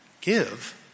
give